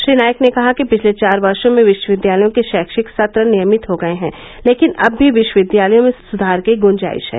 श्री नाईक ने कहा कि पिछले चार वर्शो में विष्वविद्यालयों के षैक्षिक सत्र नियमित हो गये हैं लेकिन अब भी विष्वविद्यालयों में सुधार की गुंजाइष है